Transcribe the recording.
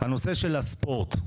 של הספורט.